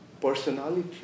personality